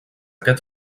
aquest